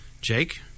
Jake